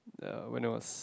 uh when I was